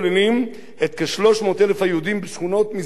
היהודים בשכונות מזרחה של ירושלים כמו גילה,